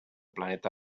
planeta